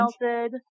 melted